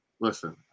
Listen